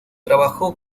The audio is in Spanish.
trabajó